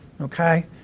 okay